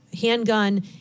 handgun